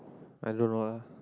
I don't know lah